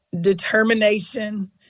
determination